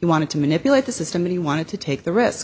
he wanted to manipulate the system and he wanted to take the risk